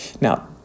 Now